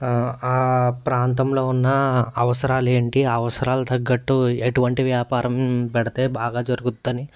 ఆ ప్రాంతంలో ఉన్న అవసరాలు ఏంటి అవసరాలు తగ్గట్టు ఎటువంటి వ్యాపారం పెడితే బాగా జరుగుద్ది అని